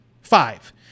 Five